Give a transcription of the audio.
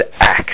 act